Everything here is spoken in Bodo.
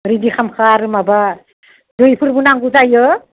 रेडि खालामखा आरो माबा दैफोरबो नांगौ जायो